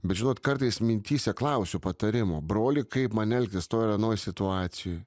bet žinot kartais mintyse klausiu patarimo broli kaip man elgtis toj ar anoj situacijoj